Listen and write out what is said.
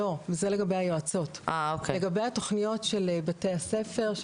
זה לגבי היועצות לגבי התוכניות של בתי הספר,